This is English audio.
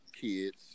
kids